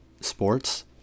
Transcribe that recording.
sports